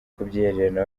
kubyihererana